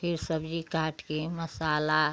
फिर सब्ज़ी काट कर मसाला